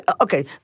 Okay